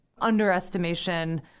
underestimation